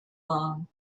long